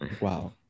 Wow